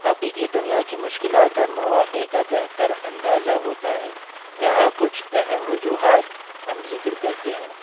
حقیقی دنیا کی مشکلات اور مواقع کا بہتر اندازہ ہوتا ہے یہاں کچھ اہم وجوہات ہم ذکر کرتے ہیں